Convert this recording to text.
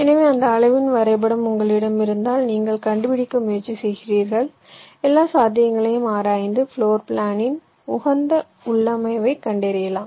எனவேஅந்த அளவின் வரைபடம் உங்களிடம் இருந்தால் நீங்கள் கண்டுபிடிக்க முயற்சி செய்கிறீர்கள் எல்லா சாத்தியங்களையும் ஆராய்ந்து ஃப்ளோர் பிளானின் உகந்த உள்ளமைவைக் கண்டறியலாம்